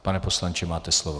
Pane poslanče, máte slovo.